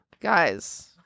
Guys